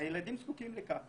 הילדים זקוקים לכך.